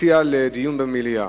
מציע דיון במליאה.